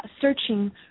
searching